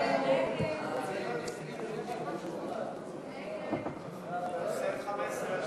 של קבוצת סיעת יש עתיד לסעיף 15 לא